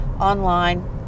online